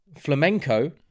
Flamenco